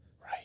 Right